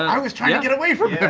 i was trying to get away from